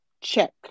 check